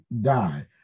die